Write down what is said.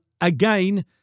again